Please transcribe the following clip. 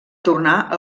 tornar